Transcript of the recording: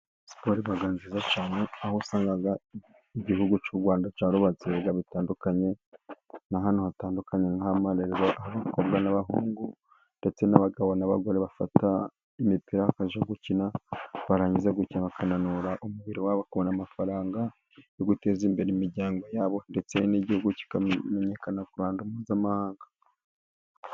Siporo iba nziza cyane, aho usanga igihugu cy’u Rwanda cyarubatse ibibuga bitandukanye n'ahantu hatandukanye nk'amarerero. Aho, abakobwa n’abahungu ndetse n’abagabo n’abagore bafata imipira bakajya gukina, barangiza gukina bakananura imibiri yabo. Bakabona amafaranga yo guteza imbere imiryango yabo, ndetse n’igihugu kikamenyekana ku ruhando mpuzamahanga.